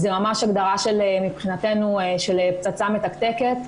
זו ממש הגדרה שמבחינתנו היא פצצה מתקתקת,